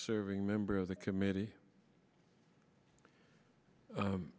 serving member of the committee